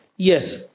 Yes